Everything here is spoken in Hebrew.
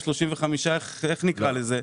35, איך נקרא לזה?